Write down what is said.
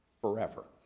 forever